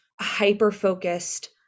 hyper-focused